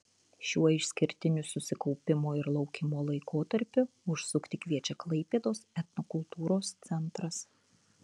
šiuo išskirtiniu susikaupimo ir laukimo laikotarpiu užsukti kviečia klaipėdos etnokultūros centras